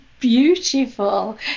beautiful